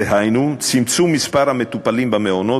דהיינו צמצום מספר המטופלים במעונות